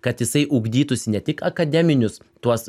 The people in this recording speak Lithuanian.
kad jisai ugdytųsi ne tik akademinius tuos